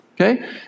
okay